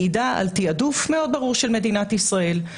מעידה על תיעדוף מאוד ברור של מדינת ישראל.